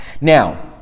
Now